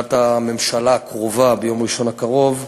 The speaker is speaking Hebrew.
בישיבת הממשלה הקרובה ביום ראשון הקרוב,